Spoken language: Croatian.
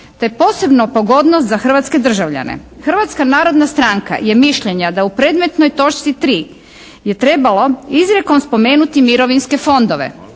te posebno pogodnost za hrvatske državljane. Hrvatska narodna stranka je mišljenja da u predmetnoj točci 3. je trebalo izrijekom spomenuti mirovinske fondove